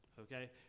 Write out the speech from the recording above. okay